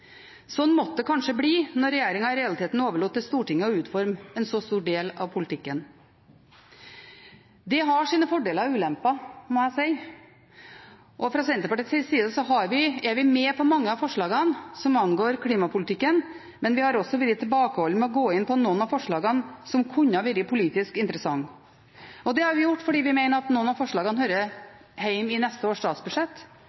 måtte det kanskje bli når regjeringen i realiteten overlot til Stortinget å utforme en så stor del av politikken. Det har sine fordeler og ulemper, må jeg si. Fra Senterpartiets side er vi med på mange av forslagene som angår klimapolitikken, men vi har også vært tilbakeholdne med å gå inn på noen av forslagene som kunne vært politisk interessante, og det har vi vært fordi vi mener at noen av forslagene